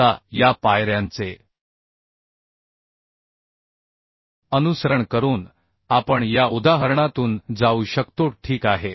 आता या पायऱ्यांचे अनुसरण करून आपण या उदाहरणातून जाऊ शकतो ठीक आहे